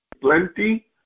plenty